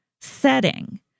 setting